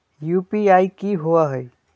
UPI कि होअ हई?